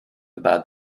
about